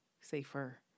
safer